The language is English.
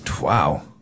Wow